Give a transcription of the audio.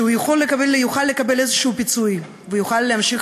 יוכל לקבל פיצויים כלשהם ויוכל להמשיך